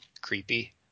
creepy